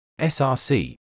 src